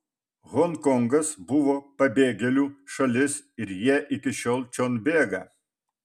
honkongas buvo pabėgėlių šalis ir jie iki šiol čion bėga